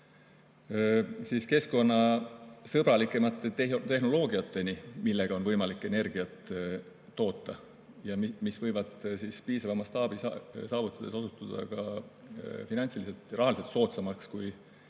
keskkonnasõbralikumate tehnoloogiateni, millega on võimalik energiat toota ja mis võivad piisava mastaabi saavutamise korral osutuda ka finantsiliselt, rahaliselt soodsamaks kui